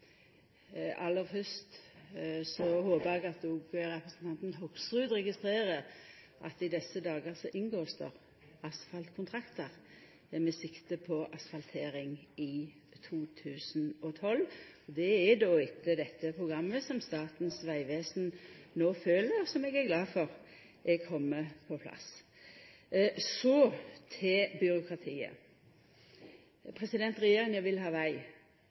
Aller fyrst håpar eg at òg representanten Hoksrud registrerer at i desse dagar blir det inngått asfaltkontraktar med sikte på asfaltering i 2012. Det er då etter dette programmet som Statens vegvesen no fylgjer, og som eg er glad for er kome på plass. Så til byråkratiet: Regjeringa vil ha veg